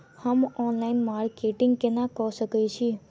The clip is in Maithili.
हम ऑनलाइन मार्केटिंग केना कऽ सकैत छी?